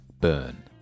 Burn